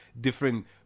different